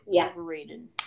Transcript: overrated